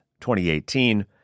2018